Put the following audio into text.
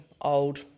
old